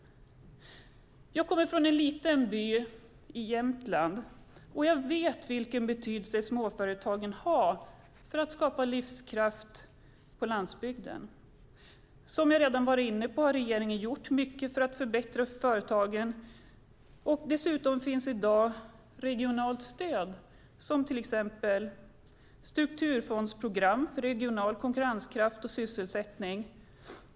Jag kommer från en liten by i Jämtland och vet vilken betydelse småföretagen har för att skapa livskraft på landsbygden. Som jag redan varit inne på har regeringen gjort mycket för att förbättra för företagen. Dessutom finns det i dag regionalt stöd som till exempel strukturfondsprogram för regional konkurrenskraft och sysselsättning.